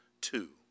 Two